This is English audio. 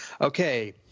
Okay